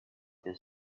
his